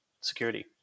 security